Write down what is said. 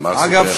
אגב,